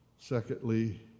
Secondly